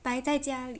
白在家